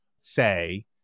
say